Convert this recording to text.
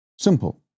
Simple